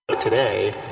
today